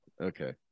okay